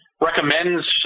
recommends